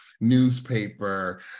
newspaper